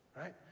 right